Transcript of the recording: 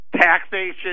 taxation